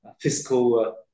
fiscal